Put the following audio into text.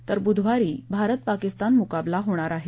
तर बुधवारी भारत पाकिस्तान मुकाबला होणार आहे